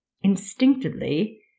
Instinctively